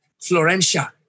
Florencia